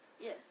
Yes